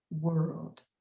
world